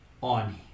on